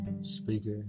speaker